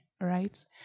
right